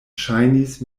ŝajnis